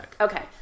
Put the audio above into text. Okay